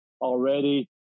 already